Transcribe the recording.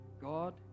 God